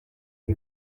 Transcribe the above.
izi